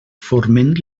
forment